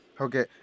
Okay